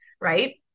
right